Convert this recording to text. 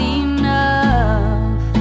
enough